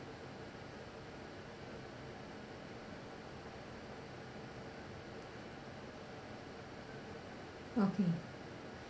okay